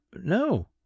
no